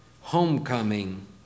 homecoming